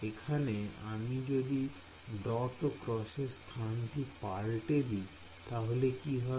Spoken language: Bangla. এখানে আমি যদি ডট ও ক্রসের স্থানটি পাল্টে দিন তাহলে কি হবে